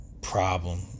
problem